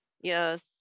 yes